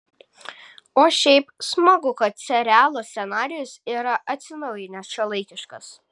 o šiaip smagu kad serialo scenarijus yra atsinaujinęs šiuolaikiškas